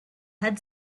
had